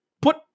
put